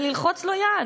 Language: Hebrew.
וללחוץ לו יד?